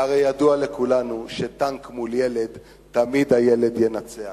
והרי ידוע לכולנו, שטנק מול ילד, תמיד הילד ינצח.